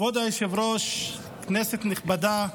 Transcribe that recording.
כבוד היושב-ראש, כנסת נכבדה,